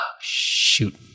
shoot